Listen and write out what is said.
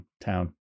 town